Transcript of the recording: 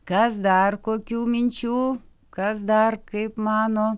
kas dar kokių minčių kas dar kaip mano